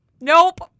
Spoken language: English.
Nope